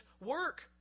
work